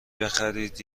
بخرید